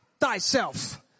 thyself